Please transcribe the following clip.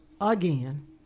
again